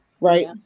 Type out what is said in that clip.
Right